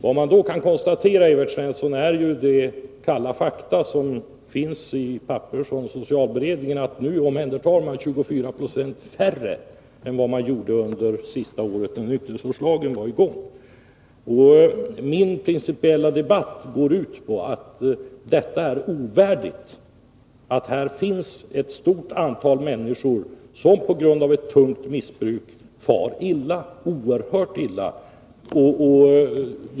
Vi kan nu konstatera, Evert Svensson, de kalla fakta som finns i papper från socialberedningen. De säger att 24 90 färre missbrukare omhändertas jämfört med sista året då nykterhetsvårdslagen var i kraft. Min principiella ståndpunkt är att detta är ovärdigt. Här finns ett stort antal människor, som på grund av ett tungt missbruk far oerhört illa.